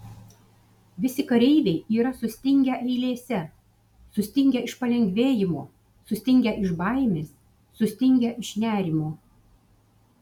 visi kareiviai yra sustingę eilėse sutingę iš palengvėjimo sustingę iš baimės sustingę iš nerimo